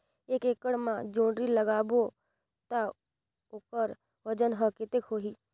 एक एकड़ मा जोणी ला लगाबो ता ओकर वजन हर कते होही?